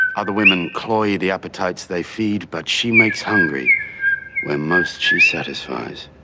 other women, cloyne the appetites they feed. but she makes hungry when most she satisfies.